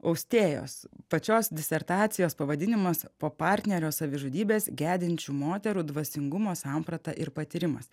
austėjos pačios disertacijos pavadinimas po partnerio savižudybės gedinčių moterų dvasingumo samprata ir patyrimas